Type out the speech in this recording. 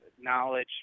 knowledge